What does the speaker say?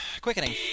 quickening